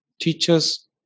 teachers